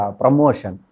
promotion